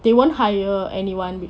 they won't hire anyone with